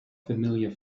familiar